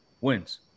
wins